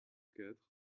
quatre